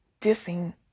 dissing